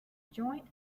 joint